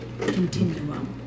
continuum